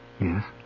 Yes